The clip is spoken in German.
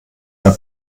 der